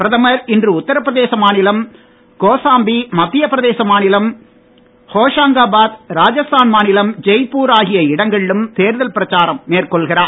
பிரதமர் இன்று உத்திரப்பிரதேசம் மாநிலம் கோசாம்பி மத்தியப் பிரதேசம் மாநிலம் ஹோஷங்காபாத் ராஜஸ்தான் மாநிலம் ஜெய்ப்பூர் ஆகிய இடங்களிலும் தேர்தல் பிரச்சாரம் மேற்கொள்கிறார்